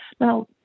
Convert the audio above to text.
Now